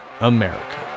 America